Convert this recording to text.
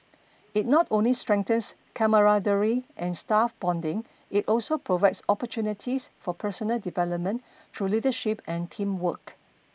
it not only strengthens camaraderie and staff bonding it also provides opportunities for personal development through leadership and teamwork